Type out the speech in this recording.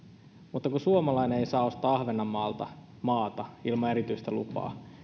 mutta suomalainen ei saa ostaa ahvenanmaalta maata ilman erityistä lupaa